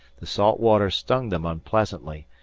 the salt water stung them unpleasantly,